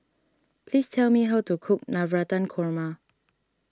please tell me how to cook Navratan Korma